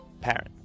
parent